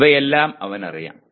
ഇവയെല്ലാം അവനറിയാം